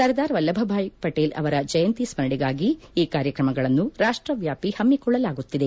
ಸರ್ದಾರ್ ವಲ್ಲಭಭಾಯ್ ಪಟೇಲ್ ಅವರ ಜಯಂತಿ ಸ್ನರಣೆಗಾಗಿ ಈ ಕಾರ್ಯಕ್ರಮಗಳನ್ನು ರಾಷ್ಟವ್ಯಾಪಿ ಹಮ್ನೊಳ್ಳಲಾಗುತ್ತಿದೆ